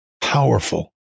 powerful